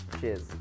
Cheers